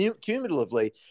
cumulatively